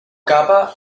capa